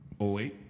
08